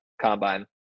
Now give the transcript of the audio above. Combine